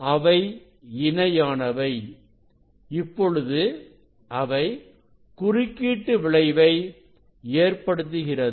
அவை இணையானவை இப்பொழுது அவை குறுக்கீடு விளைவை ஏற்படுத்துகிறது